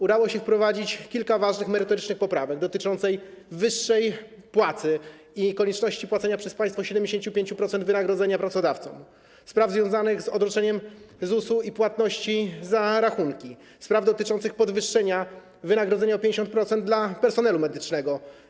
Udało się wprowadzić kilka ważnych, merytorycznych poprawek dotyczących wyższej płacy i konieczności płacenia przez państwo 75% wynagrodzenia pracodawcom, spraw związanych z odroczeniem ZUS-u i płatności za rachunki, spraw dotyczących podwyższenia wynagrodzenia o 50% dla personelu medycznego.